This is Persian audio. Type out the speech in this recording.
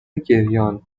گریانخیلی